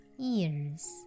ears